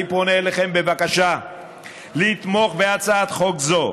אני פונה אליכם בבקשה לתמוך בהצעת חוק זו.